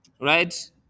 right